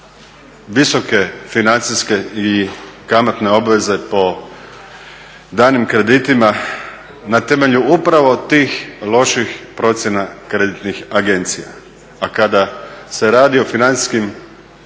visoke financijske i kamatne obveze po danim kreditima na temelju upravo tih loših procjena kreditnih agencija. A kada se radi o financijskim